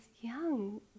young